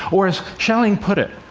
or as schelling put it,